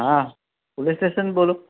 હા police station બોલો